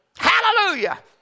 Hallelujah